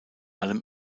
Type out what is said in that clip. allem